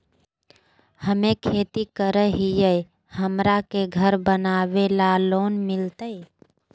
हमे खेती करई हियई, हमरा के घर बनावे ल लोन मिलतई?